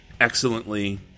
excellently